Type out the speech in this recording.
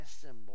symbol